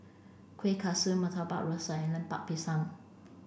kueh kaswi murtabak rusa and lemper pisang